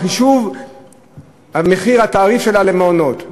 בחישוב מחיר התעריף שלה למעונות.